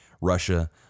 Russia